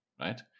right